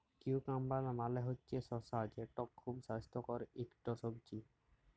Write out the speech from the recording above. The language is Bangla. কিউকাম্বার মালে হছে শসা যেট খুব স্বাস্থ্যকর ইকট সবজি